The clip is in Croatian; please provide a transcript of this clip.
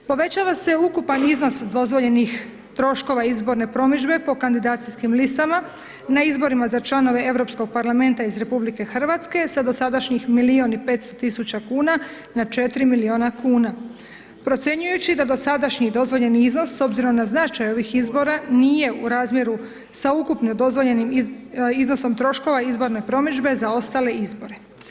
Povećava se ukupan iznos dozvoljenih troškova izborne promidžbe po kandidacijskim listama na izborima za članove Europskog parlamenta iz RH sa dosadašnjih 1.500.000 kuna na 4.000.000 kuna, procjenjujući da dosadašnji dozvoljeni iznos s obzirom na značaj ovih izbora nije u razmjeru sa ukupno dozvoljenim iznosom troškova izborne promidžbe za ostale izbore.